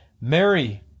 Mary